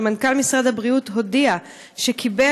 שמנכ"ל משרד הבריאות הודיע שקיבל,